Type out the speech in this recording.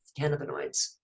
cannabinoids